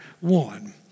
one